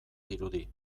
dirudi